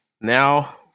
Now